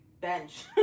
bench